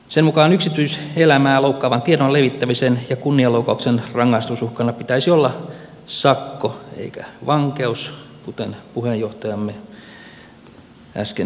sen mukaan yksityiselämää loukkaavan tiedon levittämisen ja kunnianloukkauksen rangaistusuhkana pitäisi olla sakko eikä vankeus kuten puheenjohtajamme äsken ilmaisikin